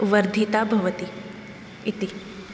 वर्धिता भवति इति